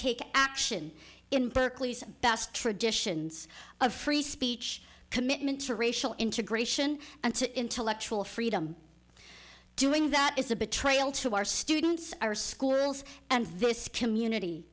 take action in berkeley's best traditions of free speech commitment to racial integration and to intellectual freedom doing that is a betrayal to our students our schools and this community